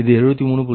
இது 73